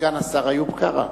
סגן השר איוב קרא,